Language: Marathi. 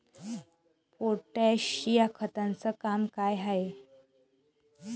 पोटॅश या खताचं काम का हाय?